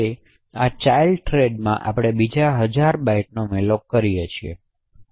હવે આ ચાઇલ્ડ થ્રેડમાં આપણે બીજા હજાર બાઇટ્સનો malloc કરીએ છીએ